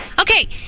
Okay